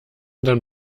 dann